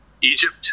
Egypt